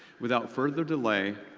without further delay,